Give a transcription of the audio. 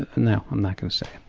ah no, i'm not going to say